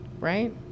Right